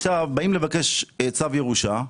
באים לבקש צו ירושה,